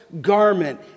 garment